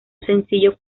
sencillo